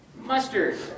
mustard